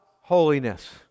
holiness